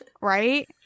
Right